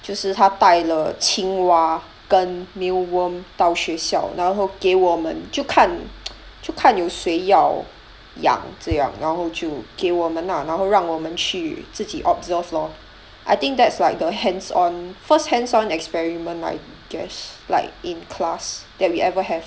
就是他带了青蛙跟 meal worm 到学校然后给我们就看 就看有谁要养这样然后就给我们 ah 然后让我们去自己 observed lor I think that's like the hands on first hands on experiment I guess like in class that we ever have